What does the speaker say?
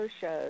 shows